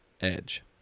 Edge